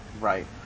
Right